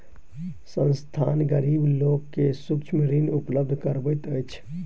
संस्थान, गरीब लोक के सूक्ष्म ऋण उपलब्ध करबैत अछि